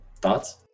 thoughts